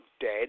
dead